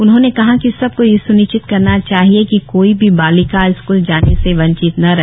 उन्होंने कहा कि सबको यह स्निश्चित करना चाहिए कि कोई भी बालिका स्कूल जाने से वंचित न रहे